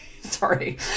sorry